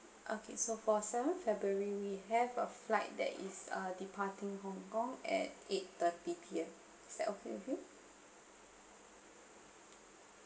okay so for seventh february we have a flight that is uh departing hong kong at eight thirty P_M is that okay with you